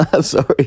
sorry